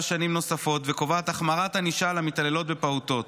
שנים וקובעת החמרת ענישה למתעללות בפעוטות.